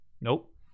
Nope